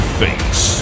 face